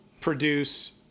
produce